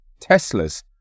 Teslas